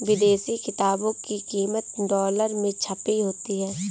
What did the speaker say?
विदेशी किताबों की कीमत डॉलर में छपी होती है